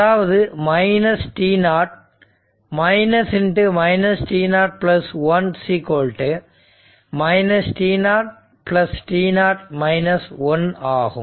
அதாவது t0 t0 1 t0 t0 1 ஆகும்